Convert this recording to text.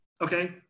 Okay